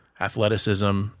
athleticism